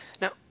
Now